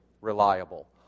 reliable